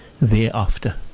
thereafter